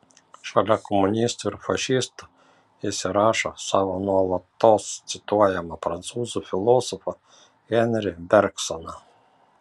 šalia komunistų ir fašistų jis įrašo savo nuolatos cituojamą prancūzų filosofą henri bergsoną